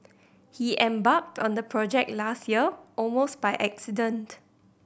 he embarked on the project last year almost by accident